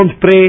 pray